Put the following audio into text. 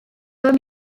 were